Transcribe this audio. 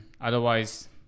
otherwise